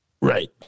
Right